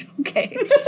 Okay